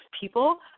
people